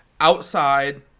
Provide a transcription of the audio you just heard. outside